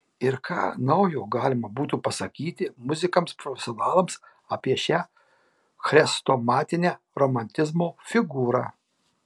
ir ką naujo galima būtų pasakyti muzikams profesionalams apie šią chrestomatinę romantizmo figūrą